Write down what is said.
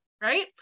right